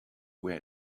were